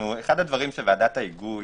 אחד הדברים שוועדת ההיגוי